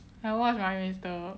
I watch my mister